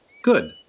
Good